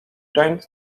joined